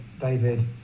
David